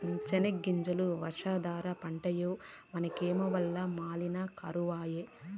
సెనగ్గింజలు వర్షాధార పంటాయె మనకేమో వల్ల మాలిన కరవాయె